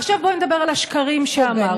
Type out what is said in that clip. עכשיו, בואי נדבר על השקרים שאמרת.